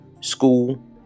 school